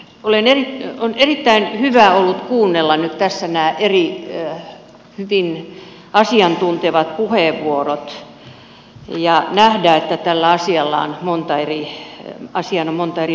on ollut erittäin hyvä kuunnella nyt tässä nämä hyvin asiantuntevat puheenvuorot ja nähdä että tähän asiaan on monta eri näkökulmaa